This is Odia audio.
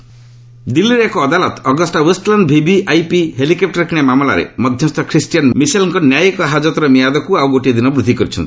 କୋର୍ଟ ମିସେଲ୍ ଦିଲ୍ଲୀର ଏକ ଅଦାଲତ ଅଗଷ୍ଟ ୱେଷଲ୍ୟାଣ୍ଡ ଭିଭିଆଇପି ହେଲିକପୂର କିଣା ମାମଲାରେ ମଧ୍ୟସ୍ଥ ଖ୍ରୀଷ୍ଟିୟାନ୍ ମିସେଲ୍ଙ୍କ ନ୍ୟାୟିକ ହାଜତର ମିଆଦ ଆଉ ଗୋଟିଏ ଦିନ ବୃଦ୍ଧି କରିଛନ୍ତି